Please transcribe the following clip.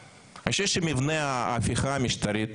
אני רוצה לספר לך שאני לא נולדתי במדינת ישראל אלא בסיביר.